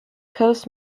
coast